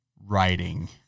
writing